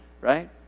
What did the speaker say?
right